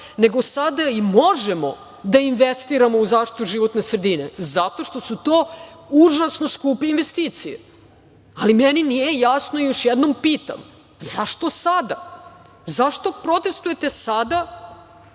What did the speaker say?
nego sada i možemo da investiramo u zaštitu životne sredine zato što su to užasno skupe investicije. Meni nije jasno i još jednom pitam zašto sada? Zašto protestvujete sada